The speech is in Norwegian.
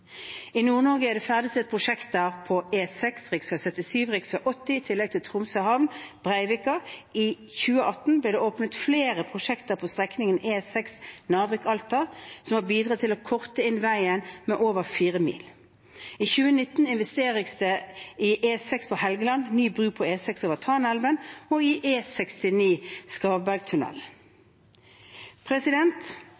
I Nord-Norge er det ferdigstilt prosjekter på E6, rv. 77 og rv. 80, i tillegg til Tromsø havn i Breivika. I 2018 ble det åpnet flere prosjekter på strekningen E6 Narvik–Alta, som har bidratt til å korte ned veien med over fire mil. I 2019 investeres det i E6 på Helgeland, i ny bru på E6 over Tanaelva og i